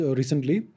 recently